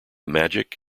magic